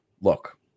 look